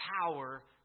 power